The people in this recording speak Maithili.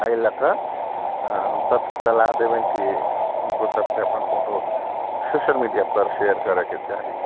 एहि लकऽ हम सभके सलाह देबनि कि हुनको सभके अपन फोटो सोशल मीडिया पर शेयर करैके चाही